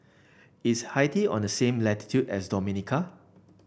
is Haiti on the same latitude as Dominica